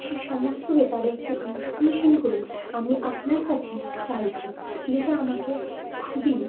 সে সমস্ত ব্যাপারে একটু ইনফর্মেশনগুলো আমি আপনার কাছে চাইছি যেটা আমাকে খুবই